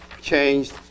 Changed